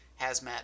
hazmat